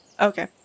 Okay